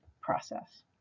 process